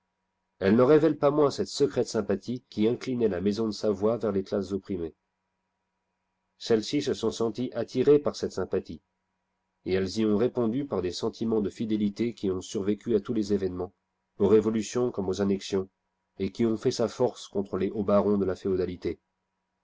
elle n'en révèle pas moins cette secrète sympathie qui inclinait la maison de savoie vers les classes opprimées celles-ci se sont senties attirées par cette sympathie et elles y ont répondu par des sentiments de fidélité qui ont survécu à tous les événements au révolutions comme aux annexions et qui ont fait sa force contre les hauts barons de la féodalité